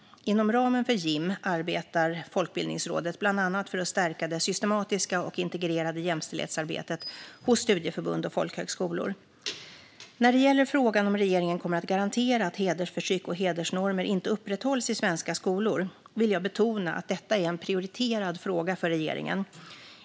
Inom ramen för JIM arbetar Folkbildningsrådet bland annat för att stärka det systematiska och integrerade jämställdhetsarbetet hos studieförbund och folkhögskolor. När det gäller frågan om regeringen kommer att garantera att hedersförtryck och hedersnormer inte upprätthålls i svenska skolor vill jag betona att detta är en prioriterad fråga för regeringen.